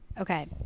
okay